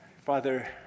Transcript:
Father